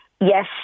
Yes